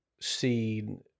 seen